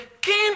king